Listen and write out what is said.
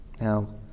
Now